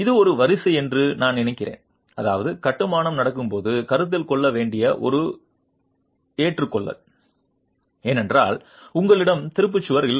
அது ஒரு வரிசை என்று நான் நினைக்கிறேன் அதாவது கட்டுமானம் நடக்கும்போது கருத்தில் கொள்ள வேண்டிய ஒரு ஏற்றுக்கொள்ளல் ஏனென்றால் உங்களிடம் திரும்பும் சுவர்கள் இல்லை